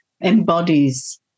embodies